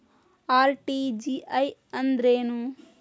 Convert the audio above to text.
RTGS ಅಂದ್ರೇನು?